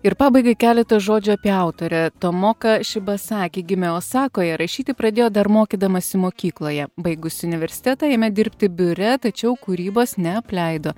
ir pabaigai keletas žodžių apie autorę tomoka šibasaki gimė osakoje rašyti pradėjo dar mokydamasi mokykloje baigusi universitetą ėmė dirbti biure tačiau kūrybos neapleido